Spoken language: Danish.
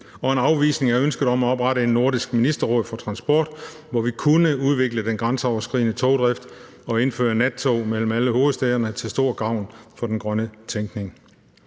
og en afvisning af ønsket om at oprette et nordisk ministerråd for transport, hvor vi kunne udvikle den grænseoverskridende togdrift og indføre nattog mellem alle hovedstæderne til stor gavn for den grønne tænkning.